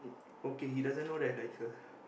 okay he doesn't know that likes her